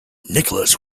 nicholas